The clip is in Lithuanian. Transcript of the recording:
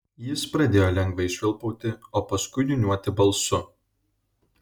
jis pradėjo lengvai švilpauti o paskui niūniuoti balsu